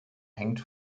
hängt